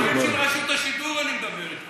על נכים של רשות השידור אני מדבר אתך,